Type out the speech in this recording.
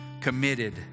committed